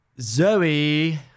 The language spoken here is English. Zoe